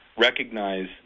recognize